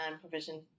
provision